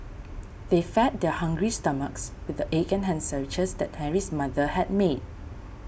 they fed their hungry stomachs with the egg and ham sandwiches that Henry's mother had made